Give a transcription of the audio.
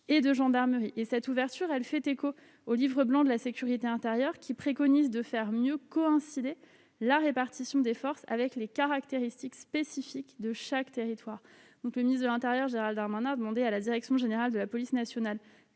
et de gendarmerie. Cette ouverture fait écho au Livre blanc de la sécurité intérieure, qui préconise de mieux faire coïncider la répartition des forces avec les caractéristiques spécifiques de chaque territoire. M. le ministre de l'intérieur, Gérald Darmanin, a demandé à la direction générale de la police nationale